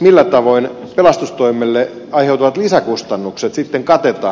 millä tavoin pelastustoimelle aiheutuvat lisäkustannukset sitten katetaan